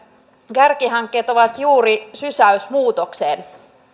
kärkihankkeet ovat juuri sysäys muutokseen